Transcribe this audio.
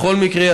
בכל מקרה,